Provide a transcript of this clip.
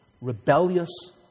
rebellious